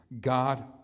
God